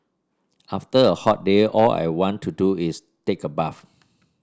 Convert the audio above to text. after a hot day all I want to do is take a bath